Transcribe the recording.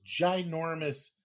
ginormous